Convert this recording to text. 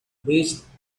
these